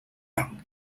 增长